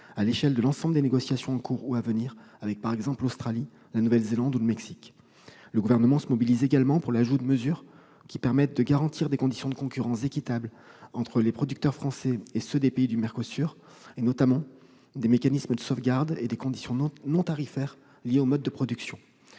à l'échelle de l'ensemble des négociations en cours ou à venir, notamment avec l'Australie, la Nouvelle-Zélande ou le Mexique. Le Gouvernement se mobilise également pour l'ajout de mesures qui permettent de garantir des conditions de concurrence équitable entre les producteurs français et ceux des pays du MERCOSUR, notamment la mise en place d'un mécanisme de sauvegarde et de conditions non-tarifaires liées au mode de production.